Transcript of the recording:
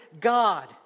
God